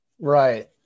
Right